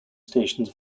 stations